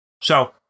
So-